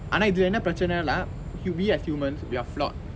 ஆனா இதுல என்ன பிரட்ச்சனைனா:aanaa ithula enna piratchanainaa we as humans we are flawed